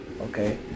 Okay